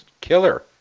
Killer